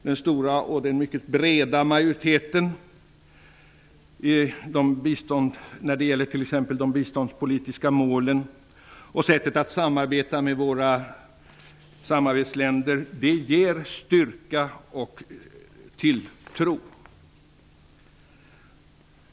Den stora och mycket breda majoriteten när det t.ex. gäller de biståndspolitiska målen och sättet att samarbeta med våra samarbetsländer ger styrka och tilltro.